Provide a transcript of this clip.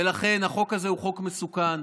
ולכן החוק הזה הוא חוק מסוכן.